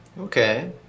Okay